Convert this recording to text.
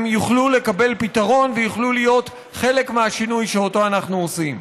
הם יוכלו לקבל פתרון ויוכלו להיות חלק מהשינוי שאותו אנחנו עושים.